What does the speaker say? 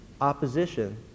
opposition